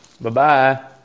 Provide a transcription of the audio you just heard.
Bye-bye